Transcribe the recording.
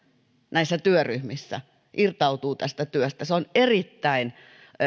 näissä työryhmissä irtautuu tästä työstä se on erittäin